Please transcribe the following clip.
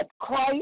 Christ